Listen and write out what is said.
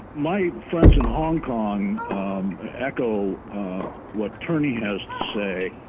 my friends in hong kong echo what turney has to say